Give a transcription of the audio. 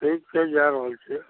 ठीक छै जा रहल छियै